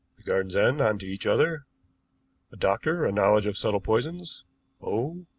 the gardens end on to each other a doctor, a knowledge of subtle poisons oh,